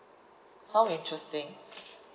sound interesting